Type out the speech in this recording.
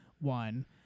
one